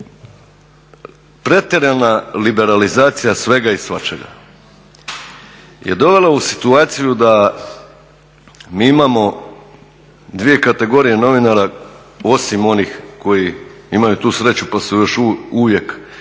pretjerana liberalizacija svega i svačega je dovela u situaciju da mi imamo dvije kategorije novinara, osim onih koji imaju tu sreću pa su još uvijek u